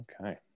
okay